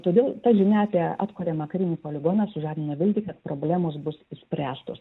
todėl ta žinia apie atkuriamą karinį poligoną sužadino viltį kad problemos bus išspręstos